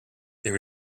there